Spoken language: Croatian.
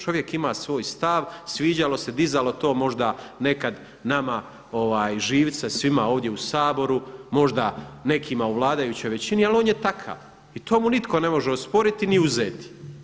Čovjek ima svoj stav sviđalo se, dizalo to možda nekada nama živce svima ovdje u Saboru, možda nekima u vladajućoj većini, ali on je takav i to mu nitko ne može osporiti niti uzeti.